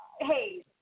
hey